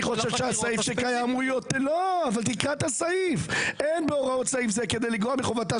תקרא את הסעיף: אין בהוראות סעיף זה כדי לגרוע מחובתה